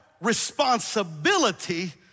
responsibility